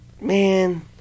man